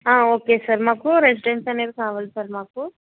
okay sir మాకూ residency అనేది కావాలి సార్ మాకు